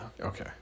Okay